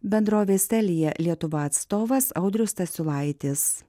bendrovės telia lietuva atstovas audrius stasiulaitis